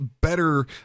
better